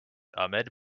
ahmed